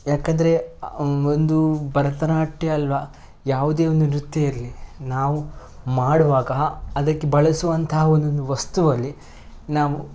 ಏಕಂದ್ರೆ ಒಂದು ಭರತನಾಟ್ಯ ಅಲ್ಲವ ಯಾವುದೇ ಒಂದು ನೃತ್ಯ ಇರಲಿ ನಾವು ಮಾಡುವಾಗ ಅದಕ್ಕೆ ಬಳಸುವಂತಹ ಒಂದೊಂದು ವಸ್ತುವಲ್ಲಿ ನಾವು